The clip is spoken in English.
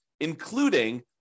including